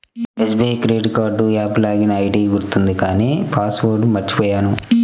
SBI credit card app login ID గుర్తుంది కానీ password మర్చిపొయ్యాను